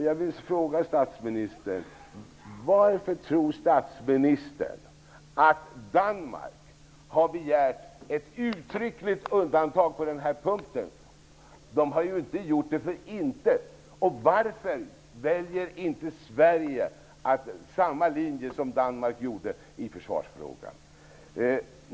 Jag vill fråga statsministern: Varför tror statsministern att Danmark har begärt ett uttryckligt undantag på den här punkten? De har inte gjort det för intet. Varför väljer inte Sverige samma linje som Danmark gjorde i försvarsfrågan?